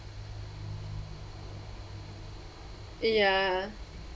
ya